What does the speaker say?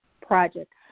project